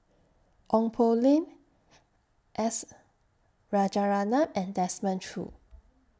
Ong Poh Lim S Rajaratnam and Desmond Choo